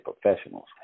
Professionals